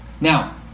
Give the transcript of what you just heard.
Now